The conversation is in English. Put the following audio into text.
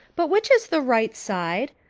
but which is the right side?